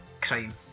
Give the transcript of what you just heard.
Crime